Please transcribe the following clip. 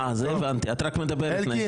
אה, הבנתי, את רק מדברת נגד.